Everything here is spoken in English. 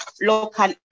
local